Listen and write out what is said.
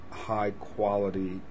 high-quality